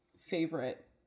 favorite